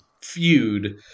feud